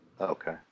Okay